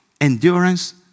endurance